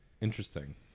interesting